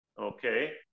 okay